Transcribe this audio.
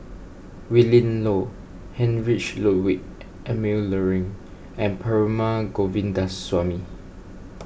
Willin Low Heinrich Ludwig Emil Luering and Perumal Govindaswamy